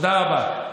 תודה רבה.